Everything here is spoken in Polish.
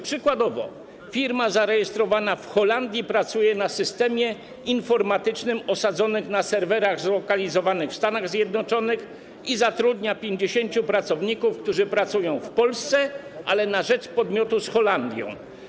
Przykładowo, firma zarejestrowana w Holandii pracuje w systemie informatycznym osadzonym na serwerach zlokalizowanych w Stanach Zjednoczonych i zatrudnia 50 pracowników, którzy pracują w Polsce, ale na rzecz podmiotu z Holandii.